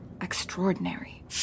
extraordinary